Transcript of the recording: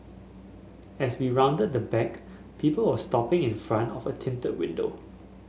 as we rounded the back people were stopping in front of a tinted window